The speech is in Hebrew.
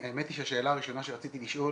האמת שהשאלה הראשונה שרציתי לשאול